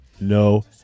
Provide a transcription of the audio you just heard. no